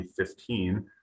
2015